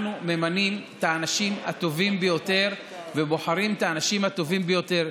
אנחנו ממנים את האנשים הטובים ביותר ובוחרים את האנשים הטובים ביותר.